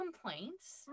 complaints